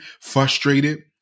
frustrated